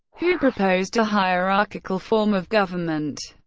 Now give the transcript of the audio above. who proposed a hierarchical form of government.